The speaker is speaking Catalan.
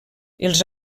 els